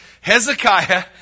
Hezekiah